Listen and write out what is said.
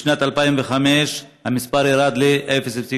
בשנת 2005 המספר ירד ל-0.76,